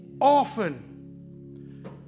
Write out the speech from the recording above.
often